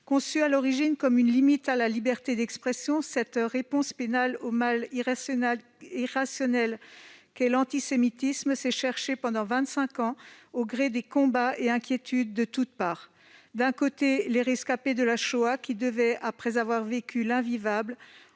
Conçue à l'origine comme une limite à la liberté d'expression, cette réponse pénale au mal irrationnel qu'est l'antisémitisme s'est cherchée pendant vingt-cinq ans, au gré des combats et inquiétudes de toutes parts. D'un côté, les rescapés de la Shoah qui, après avoir vécu l'invivable,